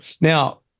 Now